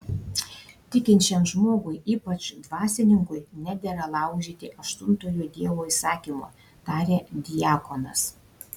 tikinčiam žmogui ypač dvasininkui nedera laužyti aštuntojo dievo įsakymo tarė diakonas